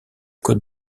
côte